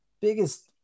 biggest